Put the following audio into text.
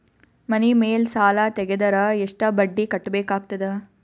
ಮನಿ ಮೇಲ್ ಸಾಲ ತೆಗೆದರ ಎಷ್ಟ ಬಡ್ಡಿ ಕಟ್ಟಬೇಕಾಗತದ?